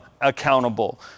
accountable